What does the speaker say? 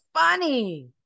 funny